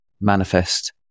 manifest